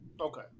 Okay